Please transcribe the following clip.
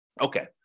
Okay